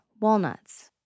Walnuts